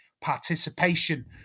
participation